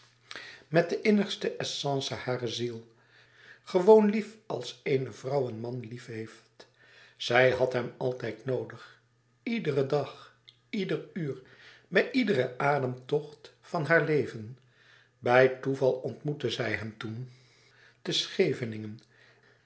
met de innigste essence harer ziel gewoon lief als eene vrouw een man lief heeft zij had hem altijd noodig iederen dag ieder uur bij iederen ademtocht van haar leven bij toeval ontmoette zij hem toen te scheveningen